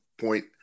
point